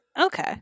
Okay